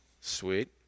Sweet